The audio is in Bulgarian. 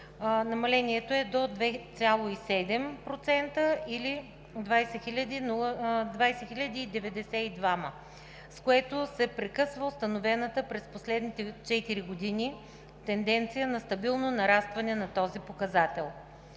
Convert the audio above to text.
170 души) до 2,7% (или 20 092 души), с което се прекъсва установената през последните четири години тенденция на стабилно нарастване на този показател.